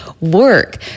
work